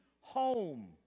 home